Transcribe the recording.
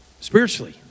spiritually